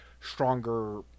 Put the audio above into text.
stronger